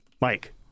Mike